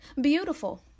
beautiful